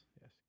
Yes